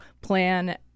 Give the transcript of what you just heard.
plan